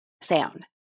sound